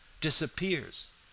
disappears